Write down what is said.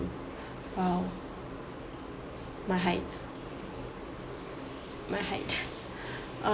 !wow! my height my height